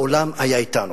העולם היה אתנו.